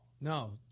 No